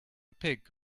pig